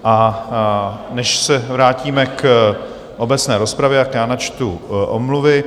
A než se vrátíme k obecné rozpravě, načtu omluvy.